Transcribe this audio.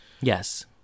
Yes